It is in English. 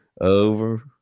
over